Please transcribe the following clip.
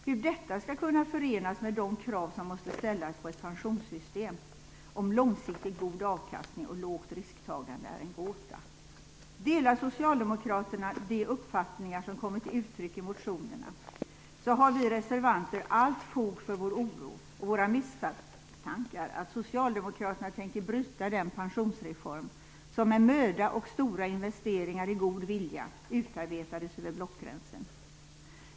Hur detta skall kunna förenas med de krav som måste ställas på ett pensionssystem om långsiktigt god avkastning och lågt risktagande är en gåta. Delar socialdemokraterna de uppfattningar som kommer till uttryck i motionerna, har vi reservanter allt fog för vår oro och våra misstankar att socialdemokraterna tänker bryta den pensionsreform som med möda och stora investeringar i god vilja utarbetades över blockgränsen.